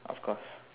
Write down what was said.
of course